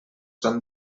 són